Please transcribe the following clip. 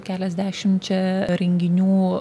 keliasdešimčia renginių